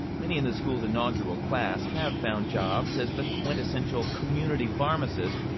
many in the school's inaugural class have found jobs as the quintessential community pharmacist.